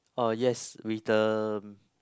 uh yes with the